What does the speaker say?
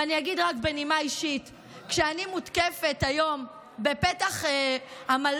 ואני אגיד רק בנימה אישית: כשאני מותקפת היום בפתח המלון,